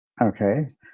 Okay